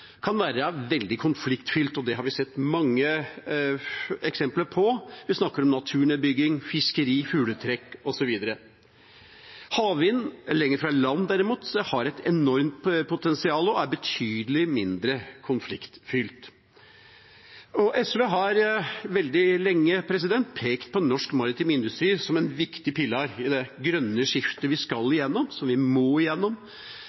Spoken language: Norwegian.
kan være veldig konfliktfylt. Det har vi sett mange eksempler på. Vi snakker om naturnedbygging, fiskeri, fugletrekk osv. Havvind lenger fra land, derimot, har et enormt potensial og er betydelig mindre konfliktfylt. SV har veldig lenge pekt på norsk maritim industri som en viktig pilar i det grønne skiftet vi skal igjennom